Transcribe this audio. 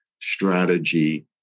strategy